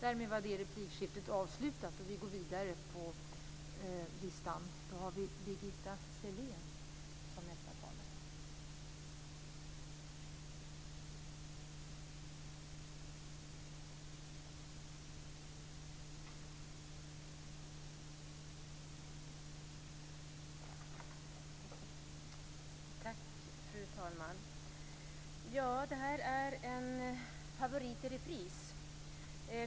Fru talman! Det här är en favorit i repris.